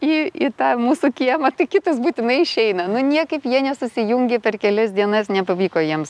į į tą mūsų kiemą tai kitas būtinai išeina nu niekaip jie nesusijungė per kelias dienas nepavyko jiems